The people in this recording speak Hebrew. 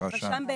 הרשם.